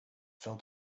fell